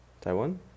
taiwan